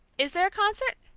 is there a concert?